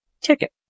ticket